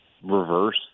Reverse